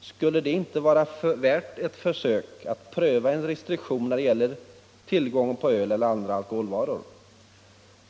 Skulle det inte vara värt ett försök att pröva en restriktion när det gäller tillgången på öl eller andra alkoholvaror?